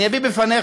אני אביא בפניך,